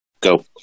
Go